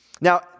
Now